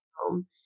home